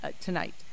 tonight